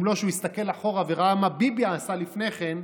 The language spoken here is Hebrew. אם הוא לא היה מסתכל אחורה ורואה מה ביבי עשה לפני כן,